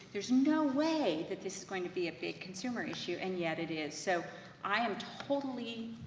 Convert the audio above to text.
there's no way, that this is going to be a big consumer issue. and yet it is, so i am totally